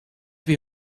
wie